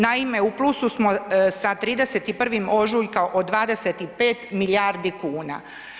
Naime, u plusu smo sa 31. ožujka od 25 milijardi kuna.